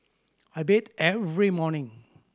I bathe every morning